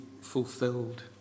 fulfilled